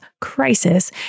crisis